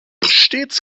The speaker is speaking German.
stets